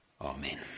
Amen